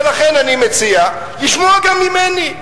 לכן אני מציע לשמוע גם ממני.